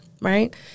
right